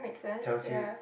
tells you